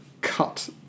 cut